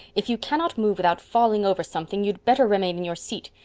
if you cannot move without falling over something you'd better remain in your seat.